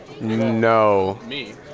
no